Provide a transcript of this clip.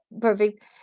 perfect